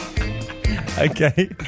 Okay